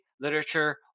literature